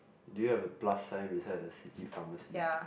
do you have the plus sign beside the city pharmacy